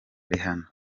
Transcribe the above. rihanna